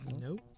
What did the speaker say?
Nope